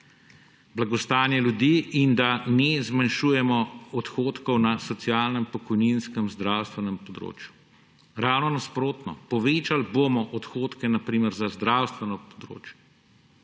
blagostanje ljudi in da ne zmanjšujemo odhodkov na socialnem, pokojninskem, zdravstvenem področju. Ravno nasprotno, povečali bomo odhodke na primer za zdravstveno področje.